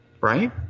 Right